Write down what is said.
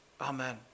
Amen